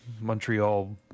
Montreal